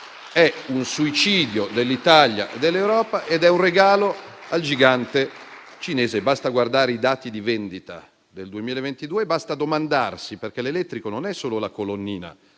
un suicidio dell'Italia e dell'Europa ed è un regalo al gigante cinese. Basta guardare i dati di vendita del 2022; basta farsi delle domande. L'elettrico non è solo la colonnina